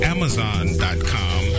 Amazon.com